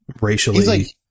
racially